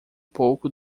pouco